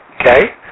Okay